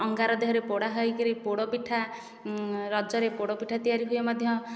ଅଙ୍ଗାର ଦେହରେ ପୋଡ଼ା ହୋଇକିରି ପୋଡ଼ ପିଠା ରଜରେ ପୋଡ଼ ପିଠା ତିଆରି ହୁଏ ମଧ୍ୟ